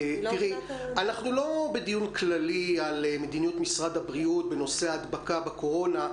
אנחנו לא בדיון כללי על מדיניות משרד הבריאות בנושא ההדבקה של קורונה.